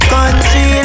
Country